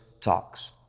talks